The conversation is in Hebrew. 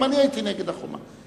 גם אני הייתי נגד החומה.